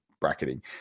bracketing